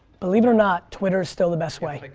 believe it or not, twitter is still the best way.